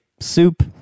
soup